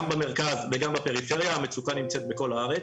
גם במרכז וגם בפריפריה המצוקה נמצאת בכל הארץ.